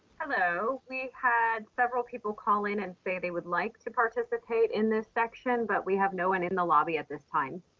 hello, we had several people call in and say they would like to participate in this section. but we have no one in the lobby at this time.